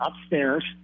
upstairs